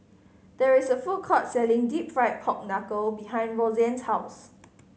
there is a food court selling Deep Fried Pork Knuckle behind Rosann's house